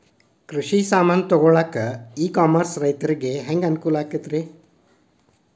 ಕೃಷಿ ಸಾಮಾನ್ ತಗೊಳಕ್ಕ ಇ ಕಾಮರ್ಸ್ ರೈತರಿಗೆ ಹ್ಯಾಂಗ್ ಅನುಕೂಲ ಆಕ್ಕೈತ್ರಿ?